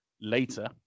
later